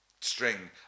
string